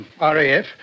RAF